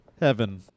Heaven